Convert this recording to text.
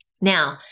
Now